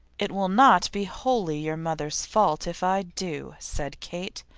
it will not be wholly your mother's fault, if i do, said kate.